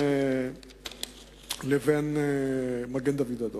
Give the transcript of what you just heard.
לבין מגן-דוד-אדום,